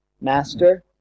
Master